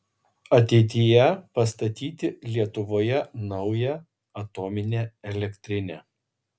ateityje pastatyti lietuvoje naują atominę elektrinę